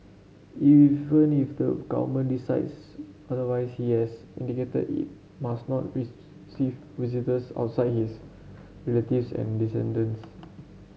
even if the government decides otherwise he has indicated it must not receive visitors outside his relatives and descendants